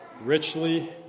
richly